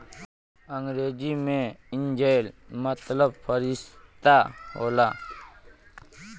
अंग्रेजी मे एंजेल मतलब फ़रिश्ता होला